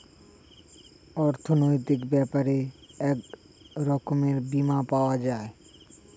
অর্থনৈতিক ব্যাপারে এক রকমের বীমা পাওয়া যায়